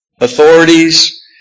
authorities